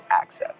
access